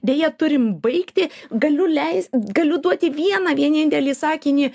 deja turim baigti galiu leist galiu duoti vieną vienintelį sakinį